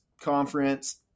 conference